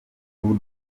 ubu